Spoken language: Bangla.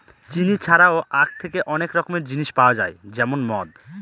চিনি ছাড়াও আঁখ থেকে অনেক রকমের জিনিস পাওয়া যায় যেমন মদ